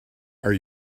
are